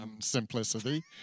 simplicity